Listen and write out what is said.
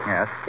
Yes